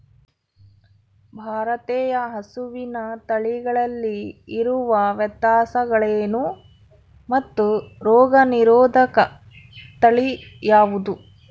ಭಾರತೇಯ ಹಸುವಿನ ತಳಿಗಳಲ್ಲಿ ಇರುವ ವ್ಯತ್ಯಾಸಗಳೇನು ಮತ್ತು ರೋಗನಿರೋಧಕ ತಳಿ ಯಾವುದು?